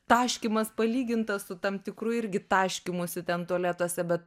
taškymas palygintas su tam tikru irgi taškymusi ten tualetuose bet